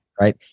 right